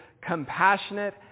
compassionate